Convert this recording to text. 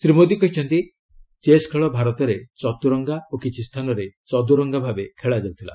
ଶ୍ରୀ ମୋଦୀ କହିଛନ୍ତି ଚେସ୍ ଖେଳ ଭାରତରେ ଚତୁରଙ୍ଗା ଓ କିଛି ସ୍ଥାନରେ ଚଦୁରଙ୍ଗା ଭାବେ ଖେଳାଯାଉଥିଲା